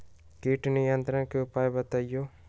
किट नियंत्रण के उपाय बतइयो?